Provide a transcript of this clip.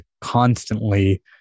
constantly